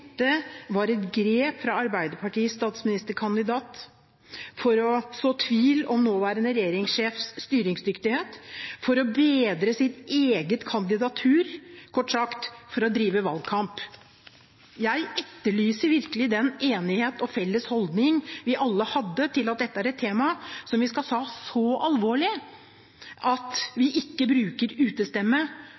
var et grep fra Arbeiderpartiets statsministerkandidat for å så tvil om nåværende regjeringssjefs styringsdyktighet, for å bedre sitt eget kandidatur – kort sagt: for å drive valgkamp. Jeg etterlyser virkelig den enighet og felles holdning vi alle hadde til at dette er et tema som vi skal ta så alvorlig at vi ikke bruker utestemme,